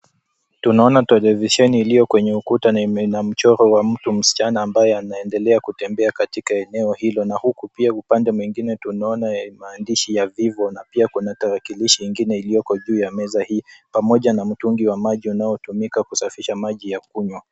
Tunaona televisheni iliyo kwenye ukuta na ina mchoro wa mtu msichana ambaye ameendelea kutembea katika eneo hilo na huku pia upande mwingine tunaona maandishi ya vivo na pia kuna tarakilishi ingine iliyoko juu ya meza hii pamoja na mtungi wa maji unaotumika kusafisha maji ya kunywa.